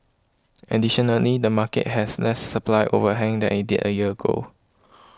additionally the market has less supply overhang than it did a year ago